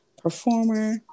performer